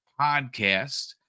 podcast